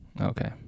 Okay